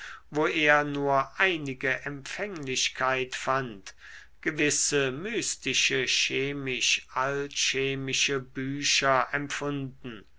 wo er nur einige empfänglichkeit fand gewisse mystische chemisch alchemische bücher empfohlen